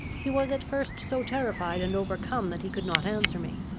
he was at first so terrified and overcome, that he could not answer me.